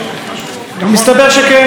אסירים ביטחוניים זכאים לשליש.